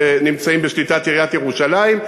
שנמצאים בשליטת עיריית ירושלים,